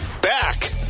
Back